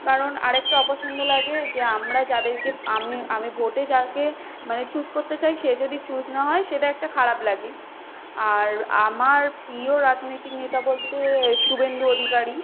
কারণ আর একটা অপছন্দ লাগে যে আমরা যাদেরকে আমি আমি ভোটে যাকে মানে চুজ করতে চাই সে যদি চুজ না হয় সেটা একটা খারাপ লাগে আর আমার প্রিয় রাজনৈতিক নেতা বলতে শুভেন্দু অধিকারী